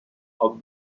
how